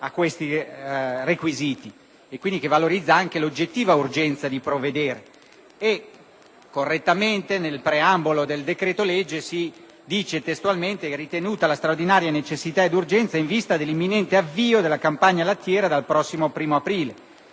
e, quindi, valorizza l'oggettiva urgenza di provvedere. Correttamente, nel preambolo del decreto-legge, si dice testualmente: «Ritenuta la straordinaria necessità ed urgenza, in vista dell'imminente avvio della campagna lattiera dal prossimo 1° aprile».